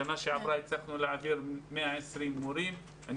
בשנה שעברה הצלחנו להעביר 120 מורים ואני